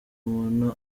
umuntu